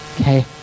okay